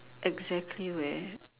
exactly where